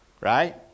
right